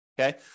okay